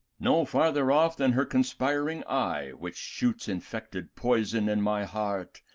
no farther off, than her conspiring eye, which shoots infected poison in my heart,